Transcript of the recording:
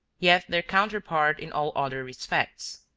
yet their counterpart in all other respects.